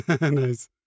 Nice